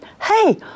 hey